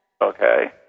Okay